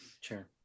Sure